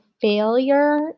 failure